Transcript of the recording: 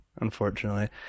unfortunately